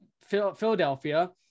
Philadelphia